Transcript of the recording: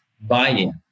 buy-in